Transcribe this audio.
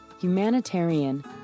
humanitarian